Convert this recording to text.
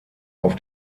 auf